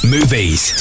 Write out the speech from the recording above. Movies